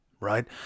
Right